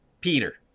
Peter